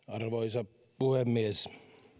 arvoisa puhemies